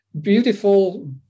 Beautiful